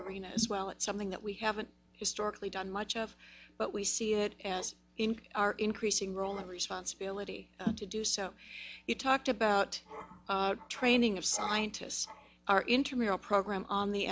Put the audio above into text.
arena as well it's something that we haven't historically done much of but we see it as our increasing role and responsibility to do so you talked about training of scientists are intermural program on the